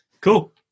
cool